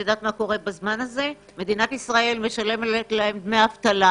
ובזמן הזה מדינת ישראל משלמת להם דמי אבטלה